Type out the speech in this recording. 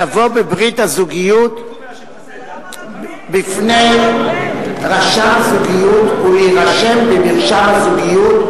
לבוא בברית הזוגיות בפני רשם זוגיות ולהירשם במרשם הזוגיות,